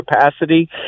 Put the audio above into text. capacity